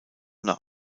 nach